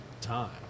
time